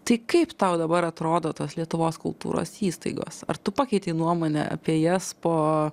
tai kaip tau dabar atrodo tos lietuvos kultūros įstaigos ar tu pakeitei nuomonę apie jas po